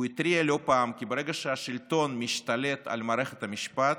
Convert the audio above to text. הוא התריע לא פעם כי ברגע שהשלטון משתלט על מערכת המשפט,